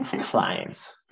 clients